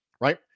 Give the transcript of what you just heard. right